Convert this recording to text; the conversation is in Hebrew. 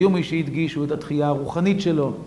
היו מי שהדגישו את התחייה הרוחנית שלו.